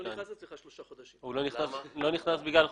אני לא נכנס אליך כבר שלושה חודשים.